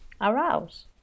aroused